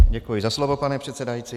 Děkuji za slovo, pane předsedající.